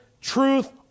truth